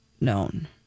known